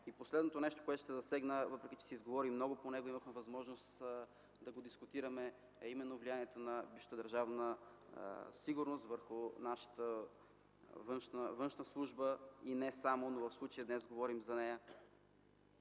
Последното нещо, което ще засегна, въпреки че се изговори много по него и имахме възможност да го дискутираме, е именно влиянието на бившата Държавна сигурност върху нашата външна служба и не само, но в случая днес говорим за нея.